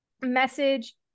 message